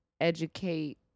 educate